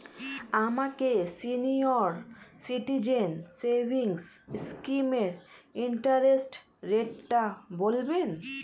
আমাকে senior citizen savings স্কিমের interest রেটটা বলবেন